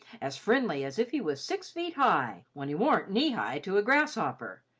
as friendly as if he was six feet high, when he warn't knee high to a grasshopper,